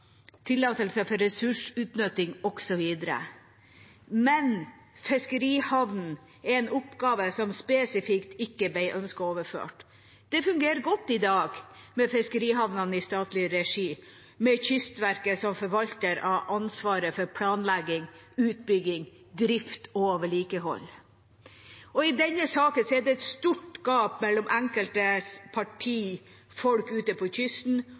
tillatelser for ressursutnytting osv. Men fiskerihavnene er en oppgave som spesifikt ikke ble ønsket overført. Det fungerer godt i dag med fiskerihavnene i statlig regi, med Kystverket som forvalter av ansvaret for planlegging, utbygging, drift og vedlikehold. I denne saken er det et stort gap mellom enkelte partiers folk ute på kysten